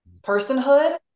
personhood